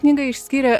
knygą išskyrė